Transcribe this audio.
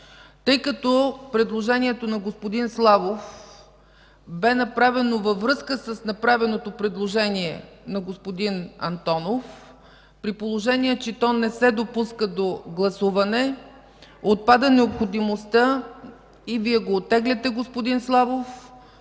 Тъй като предложението на господин Славов бе направено във връзка с направеното предложение на господин Антонов, при положение че то не се допуска до гласуване, отпада необходимостта... (Народният представите